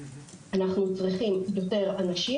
אנחנו צריכים יותר אנשים.